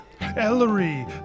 Ellery